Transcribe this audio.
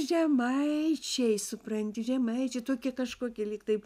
žemaičiai supranti žemaičiai tokie kažkokie lyg taip